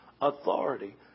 Authority